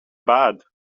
bad